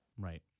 right